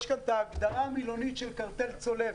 יש כאן את ההגדרה המילונית של קרטל צולב.